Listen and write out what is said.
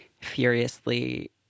furiously